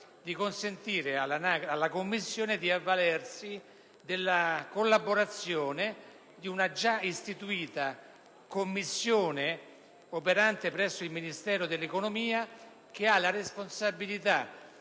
di consentire alla Commissione di avvalersi della collaborazione di una già istituita commissione, operante presso il Ministro dell'economia, che ha la responsabilità